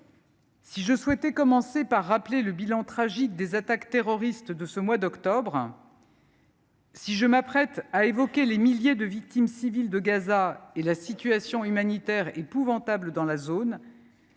Si je souhaitais commencer par rappeler le bilan tragique des attaques terroristes de ce mois d’octobre, si je m’apprête à évoquer les milliers de victimes civiles de Gaza et la situation humanitaire épouvantable dans la zone,